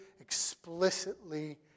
explicitly